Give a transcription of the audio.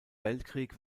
weltkrieg